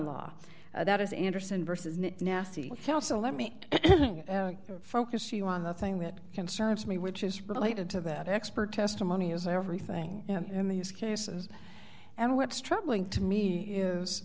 law that is andersen versus nit nathi kelso let me focus you on the thing that concerns me which is related to that expert testimony is everything in these cases and what's troubling to me is